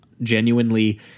genuinely